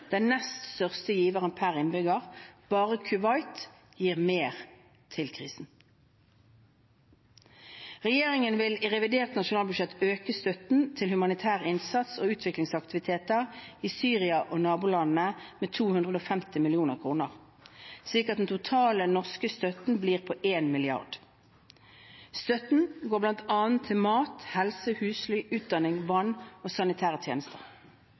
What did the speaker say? den nest største giveren per innbygger. Bare Kuwait gir mer til krisen. Regjeringen vil i revidert nasjonalbudsjett øke støtten til humanitær innsats og utviklingsaktiviteter i Syria og nabolandene med 250 mill. kr, slik at den totale norske støtten blir på 1 mrd. kr. Støtten går bl.a. til mat, helse, husly, utdanning, vann og sanitære tjenester.